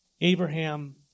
Abraham